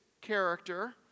character